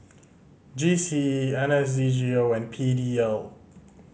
G C E N S D G O and P D L